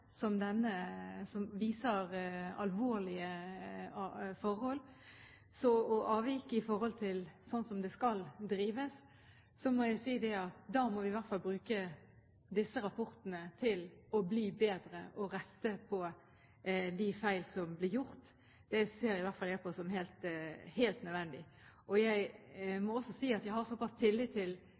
som denne, som viser alvorlige forhold og avvik i forhold til hvordan det skal drives – må jeg si at vi i hvert fall må bruke disse rapportene til å bli bedre og rette på de feil som blir gjort. Det ser i hvert fall jeg på som helt nødvendig, og jeg må også si at jeg har såpass tillit til